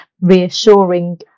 reassuring